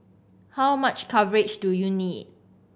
how much coverage do you need